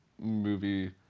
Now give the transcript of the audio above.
movie